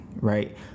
right